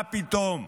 מה פתאום.